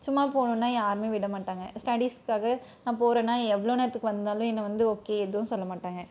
சும்மா போகணுன்னா யாரும் விடமாட்டாங்க ஸ்டடீஸுக்காக நான் போகிறேன்னா எவ்வளோ நேரத்துக்கு வந்தாலும் என்னை வந்து ஓகே எதுவும் சொல்லமாட்டாங்க